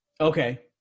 Okay